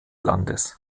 landes